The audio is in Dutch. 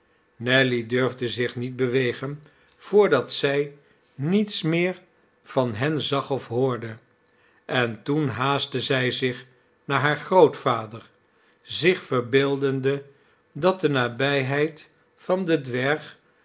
nelly durfde zich niet bewegen voordat zij niets meer van hen zag of hoorde en toen haastte zij zich naar haar grootvader zich verbeeldende dat de nabijheid van den dwerg